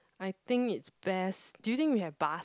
I think it's best do you think we have bus